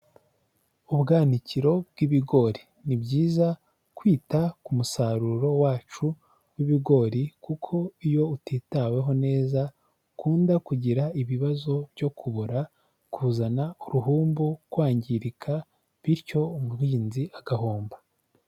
Ubwanikiro bw'ibigori ni byiza kwita ku musaruro wacu w'ibigori kuko iyo utitaweho neza ukunda kugira ibibazo byo kubora kuzana uruhumbu, kwangirika bityo umuhinzi agahomba.